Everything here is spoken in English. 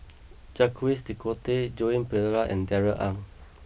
Jacques de Coutre Joan Pereira and Darrell Ang